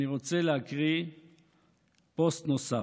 אני רוצה להקריא פוסט נוסף.